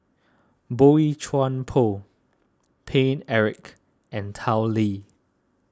Boey Chuan Poh Paine Eric and Tao Li